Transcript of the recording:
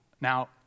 Now